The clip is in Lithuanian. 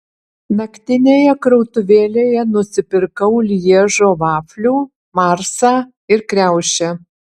naktinėje krautuvėlėje nusipirkau lježo vaflių marsą ir kriaušę